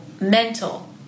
mental